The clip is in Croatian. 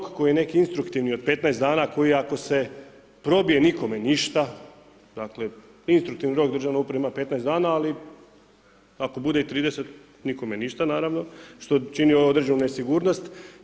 Tok koji je neki instruktivni od 15 dana koji ako se probije, nikome ništa, dakle, instruktivno državna uprava ima 15 dana ali ako bude i 30, nikome ništa naravno, što čini određenu nesigurnost.